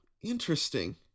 interesting